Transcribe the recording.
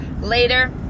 later